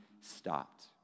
stopped